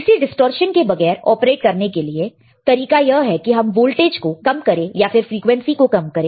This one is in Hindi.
किसी डिस्टॉर्शन के बगैर ऑपरेट करने के लिए तरीका यह है कि हम वोल्टेज को कम करें या फिर फ्रीक्वेंसी को कम करें